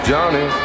Johnny